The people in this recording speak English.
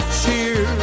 cheer